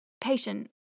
Patient